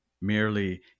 merely